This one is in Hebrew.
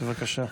בבקשה.